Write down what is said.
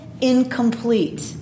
incomplete